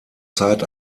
zeit